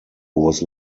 was